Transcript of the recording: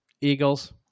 Eagles